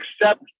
accept